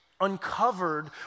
uncovered